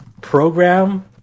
program